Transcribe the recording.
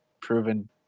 proven